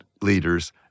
leaders